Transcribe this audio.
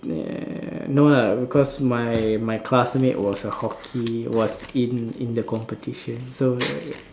err no lah because my my classmate was a hockey was in in the competition so